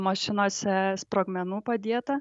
mašinose sprogmenų padėta